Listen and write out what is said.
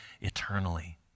eternally